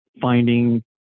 finding